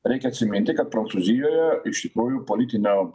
reikia atsiminti kad prancūzijoje iš tikrųjų politinio